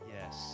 yes